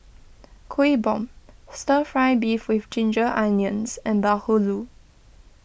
Kuih Bom Stir Fry Beef with Ginger Onions and Bahulu